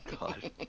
God